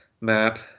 map